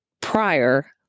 prior